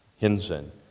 Henson